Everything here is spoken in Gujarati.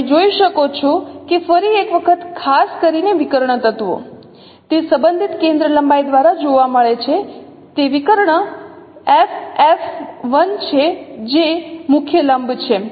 તમે જોઈ શકો છો કે ફરી એક વખત ખાસ કરીને વિકર્ણ તત્વો તે સંબંધિત કેન્દ્રીય લંબાઈ દ્વારા જોવા મળે છે તે વિકર્ણ f f 1 છે જે મુખ્ય લંબ છે